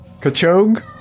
Kachog